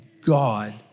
God